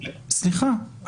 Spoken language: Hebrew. סליחה,